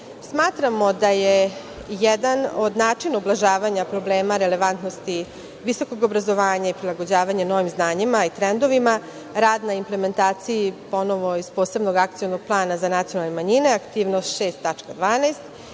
da je jedan od načina ublažavanja problema relevantnosti visokog obrazovanja i prilagođavanja novim znanjima i trendovima rad na implementaciji, ponovo iz posebnog akcionog plana za nacionalne manjine, aktivnost 6.